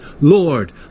Lord